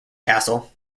castle